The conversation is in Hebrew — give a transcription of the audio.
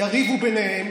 יריבו ביניהם,